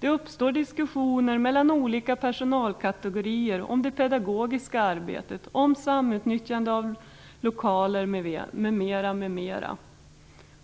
Det uppstår diskussioner mellan olika personalkategorier om det pedagogiska arbetet, om samutnyttjande av lokaler m.m.